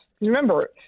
Remember